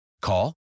Call